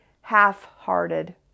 half-hearted